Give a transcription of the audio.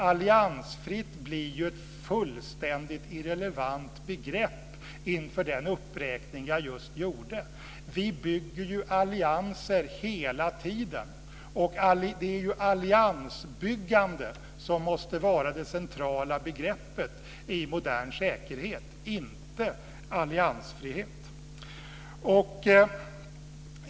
Alliansfritt blir ju ett fullständigt irrelevant begrepp inför den uppräkning jag just gjorde. Vi bygger ju allianser hela tiden. Det är alliansbyggande som måste vara det centrala begreppet i modern säkerhet, inte alliansfrihet.